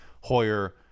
Hoyer